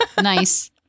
Nice